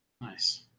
Nice